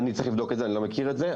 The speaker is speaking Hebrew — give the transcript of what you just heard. אני צריך לבדוק את זה, אני לא מכיר את זה.